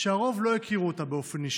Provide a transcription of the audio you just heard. שהרוב לא הכירו אותה באופן אישי,